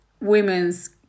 women's